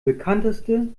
bekannteste